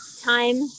time